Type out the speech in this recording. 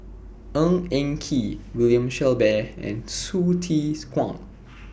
Ng Eng Kee William Shellabear and Hsu Tse Kwang